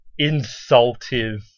insultive